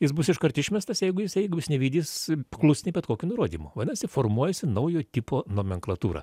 jis bus iškart išmestas jeigu jisai jeigu jis nevykdys paklusniai bet kokio nurodymo vadinasi formuojasi naujo tipo nomenklatūra